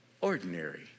ordinary